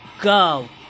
go